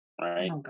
right